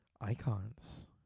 icons